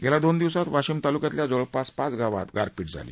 गेल्या दोन दिवसात वाशिम तालुक्यातल्या जवळपास पाच गावात गारपीट झाली